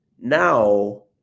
Now